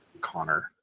Connor